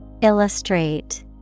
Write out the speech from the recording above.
Illustrate